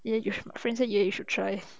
ya you fan sign ya you should try